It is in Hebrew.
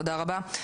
תודה רבה.